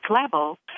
level